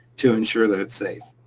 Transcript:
to ensure that it's safe.